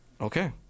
Okay